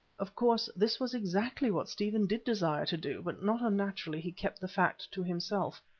of course this was exactly what stephen did desire to do, but not unnaturally he kept the fact to himself.